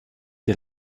die